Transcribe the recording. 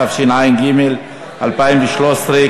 התשע"ג 2013,